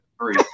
three